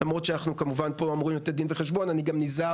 למרות שאנחנו אמורים לתת פה דין וחשבון אני נזהר,